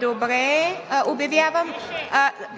Добре.